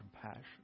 compassion